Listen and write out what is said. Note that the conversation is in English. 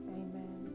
amen